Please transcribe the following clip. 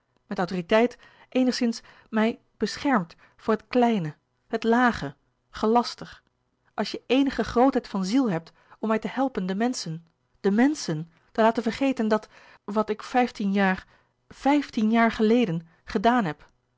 met autoriteit eenigszins mij beschermt voor het kleine het lage gelaster als je eènige grootheid van ziel hebt om mij te helpen de menschen de menschen te laten vergeten dat wat ik vijftien jaar vijftien jaar geleden gedaan heb